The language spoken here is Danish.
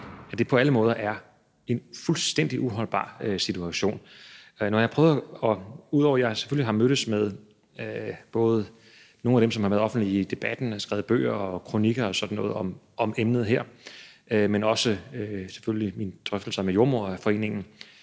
er på alle måder en fuldstændig uholdbar situation. Ud over at jeg selvfølgelig har mødtes med både nogle af dem, som har deltaget offentligt i debatten, og som har skrevet bøger og kronikker og sådan noget om emnet her, så har jeg selvfølgelig også haft drøftelser med Jordemoderforeningen